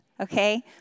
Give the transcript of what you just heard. Okay